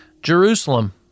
Jerusalem